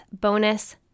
bonus